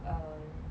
um